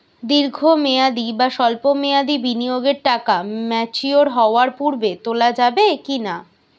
দীর্ঘ মেয়াদি বা সল্প মেয়াদি বিনিয়োগের টাকা ম্যাচিওর হওয়ার পূর্বে তোলা যাবে কি না?